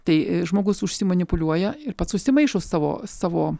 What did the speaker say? tai e žmogus užsimanipuliuoja ir pats susimaišo savo savo